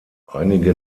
einige